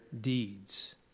deeds